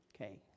Okay